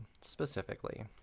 specifically